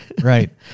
right